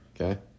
Okay